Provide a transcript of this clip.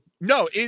No